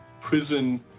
prison